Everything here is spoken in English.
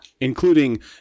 Including